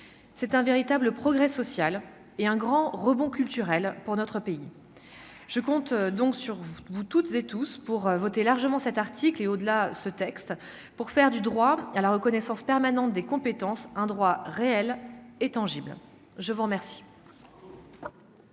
c'est un véritable progrès social et un grand rebond culturel pour notre pays, je compte donc sur vous, vous toutes et tous pour voter largement cet article et, au-delà, ce texte pour faire du droit à la reconnaissance permanente des compétences un droit réel et tangible : je vous remercie.